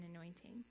anointing